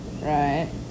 right